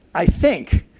i think,